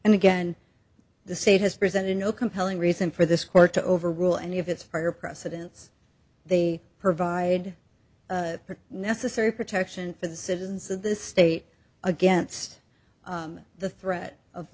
and again the state has presented no compelling reason for this court to overrule any of its or precedents they provide necessary protection for the citizens of the state against the threat of